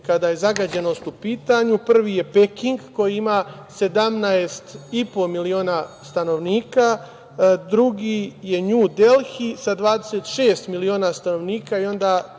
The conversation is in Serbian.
kada je zagađenost u pitanju. Prvi je Peking koji ima 17,5 miliona stanovnika, drugi je Nju Delhi sa 26 miliona stanovnika, a